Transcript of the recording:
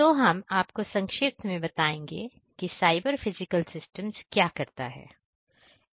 तो हम आप को संक्षिप्त में बताएंगे कि साइबर फिजिकल सिस्टम्स क्या करता है